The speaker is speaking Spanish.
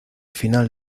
final